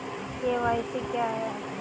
KYC क्या है?